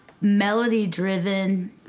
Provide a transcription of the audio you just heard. melody-driven